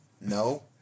no